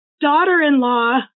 daughter-in-law